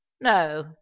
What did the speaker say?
No